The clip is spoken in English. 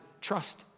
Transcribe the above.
trust